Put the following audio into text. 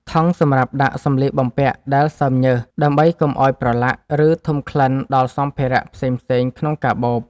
ថង់សម្រាប់ដាក់សម្លៀកបំពាក់ដែលសើមញើស ដើម្បីកុំឱ្យប្រឡាក់ ឬធំក្លិនដល់សម្ភារៈផ្សេងៗក្នុងកាបូប។